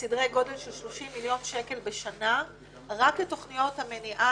בסדרי גודל של 30 מיליון שקל בשנה רק לתכניות המניעה,